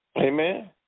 Amen